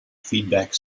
feedback